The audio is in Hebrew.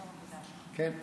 כן.